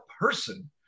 person